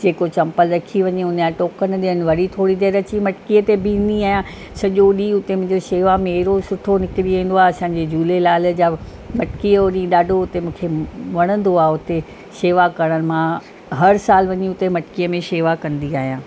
जेको चंपल रखी वञे उनजा टोकन ॾियनि वरी थोरी देरि अची मटकीअ ते बीहंदी आहियां सॼो ॾींहुं उते मुंहिंजो शेवा में अहिड़ो सुठो निकिरी वेंदो आहे असांजे झूलेलाल जा मटकीअ जो ॾींहुं ॾाढो हुते मूंखे वणंदो आहे उते शेवा करणु मां हर साल उते वञी मटकीअ में सेवा कंदी आहियां